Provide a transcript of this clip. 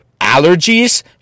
Allergies